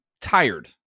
tired